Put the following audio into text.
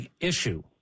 issue